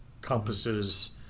compasses